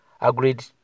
agreed